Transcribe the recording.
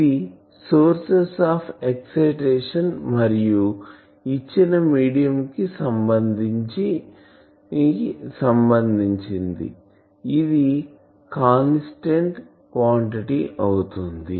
ఇది source of excitation మరియు ఇచ్చిన మీడియం కి సంబంధించి ఇది కాన్స్టాంట్ క్వాంటిటీ అవుతుంది